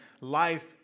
life